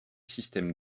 systèmes